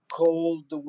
cold